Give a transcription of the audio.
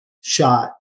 shot